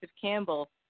Campbell